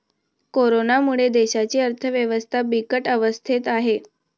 कोरोनामुळे देशाची अर्थव्यवस्था बिकट अवस्थेत आहे